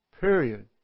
Period